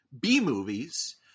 B-movies